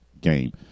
game